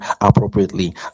appropriately